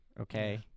okay